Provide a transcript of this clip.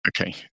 Okay